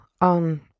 on